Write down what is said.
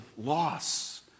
loss